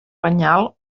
penyal